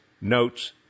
notes